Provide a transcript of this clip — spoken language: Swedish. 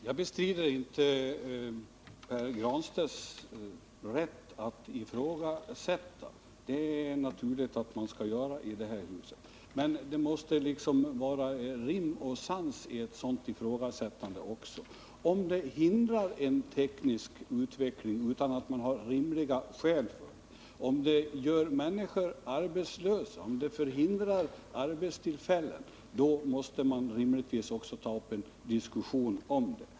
Herr talman! Jag bestrider inte Pär Granstedts rätt att ifrågasätta — det är naturligt att man skall göra det i det här huset — men det måste liksom vara rim och reson i ett sådant ifrågasättande, en viss sans. Om det hindrar en teknisk utveckling utan att man har rimliga skäl för detta och om det gör människor arbetslösa och förhindrar arbetstillfällen, då måste man rimligtvis också ta upp en diskussion om det.